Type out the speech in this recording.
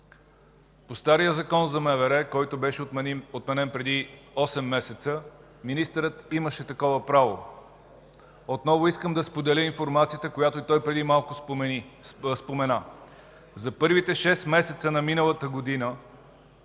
по стария Закон за МВР, който беше отменен преди осем месеца, министърът имаше такова право. Отново искам да споделя информацията, която и той преди малко спомена. За първите шест месеца на миналата година,